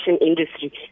industry